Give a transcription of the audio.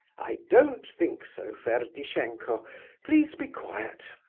i don't think so, ferdishenko please be quiet,